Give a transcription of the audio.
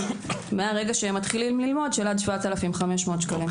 מהרגע שמתחילים ללמוד של עד 7,500 שקלים.